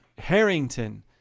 Harrington